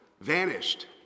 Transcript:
vanished